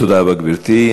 תודה רבה, גברתי.